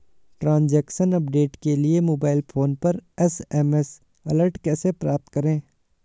Transaction update के लिए mobile phone पर एस.एम.एस अलर्ट कैसे प्राप्त करें?